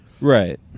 Right